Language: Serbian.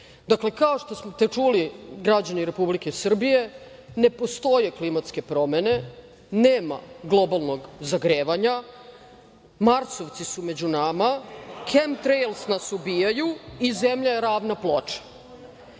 smisla. Dakle, kao što ste čuli, građani Republike Srbije ne postoje klimatske promene, nema globalnog zagrevanja, Marsovci su među nama, kemtrejsl nas ubijaju i zemlja je ravna ploča.